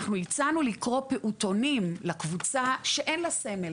אנחנו הצענו לקרוא פעוטונים לקבוצה שאין לה סמל.